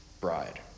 bride